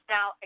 Now